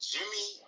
Jimmy